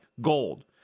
gold